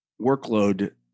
workload